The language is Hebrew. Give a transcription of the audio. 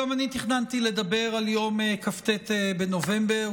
גם אני תכננתי לדבר על יום כ"ט בנובמבר,